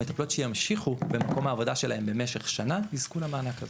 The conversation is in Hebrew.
המטפלות שימשיכו במקום העבודה שלהן במשך שנה יזכו למענק הזה.